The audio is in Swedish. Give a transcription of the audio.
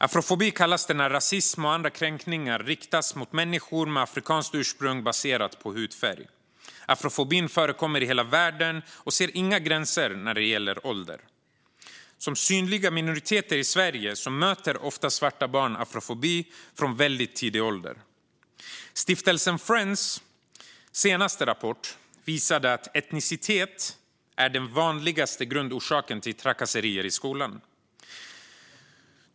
Afrofobi kallas det när rasism och andra kränkningar riktas mot människor med afrikanskt ursprung baserat på hudfärg. Afrofobin förekommer i hela världen och ser inga gränser när det gäller ålder. Som företrädare för synliga minoriteter i Sverige möter svarta barn ofta afrofobi från väldigt tidig ålder. Stiftelsen Friends senaste rapport visar att etnicitet är den vanligaste grundorsaken till trakasserier i skolan.